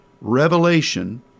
revelation